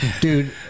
dude